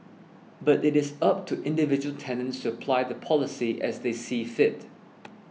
but it is up to individual tenants to apply the policy as they see fit